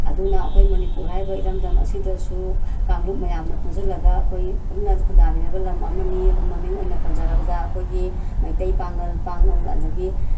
ꯑꯗꯨꯅ ꯑꯩꯈꯣꯏ ꯃꯅꯤꯄꯨꯔ ꯍꯥꯏꯔꯤꯕ ꯏꯔꯝꯗꯝ ꯑꯁꯤꯗꯁꯨ ꯀꯥꯡꯂꯨꯞ ꯃꯌꯥꯝꯅ ꯄꯨꯟꯁꯤꯜꯂꯒ ꯑꯩꯈꯣꯏ ꯄꯨꯟꯅ ꯈꯨꯟꯗꯥꯃꯤꯟꯅꯕ ꯂꯝ ꯑꯃꯅꯤ ꯑꯗꯨ ꯃꯃꯤꯡ ꯑꯣꯏꯅ ꯄꯟꯖꯔꯕꯗ ꯑꯩꯈꯣꯏꯒꯤ ꯃꯩꯇꯩ ꯄꯥꯡꯉꯜ ꯄꯥꯡꯉꯜ ꯑꯗꯒꯤ